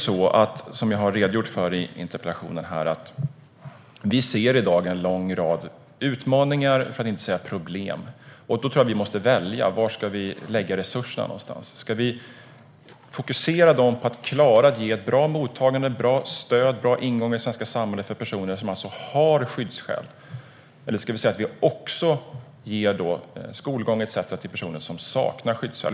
Som jag har redogjort för i interpellationen ser vi i dag en lång rad utmaningar, för att inte säga problem, och jag tror att vi måste välja. Var ska vi lägga resurserna? Ska vi fokusera på att klara att ge ett bra mottagande, ett bra stöd och bra ingångar i det svenska samhället för personer som har skyddsskäl? Eller ska vi också ge skolgång etcetera till personer som saknar skyddsskäl?